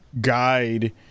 guide